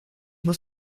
muss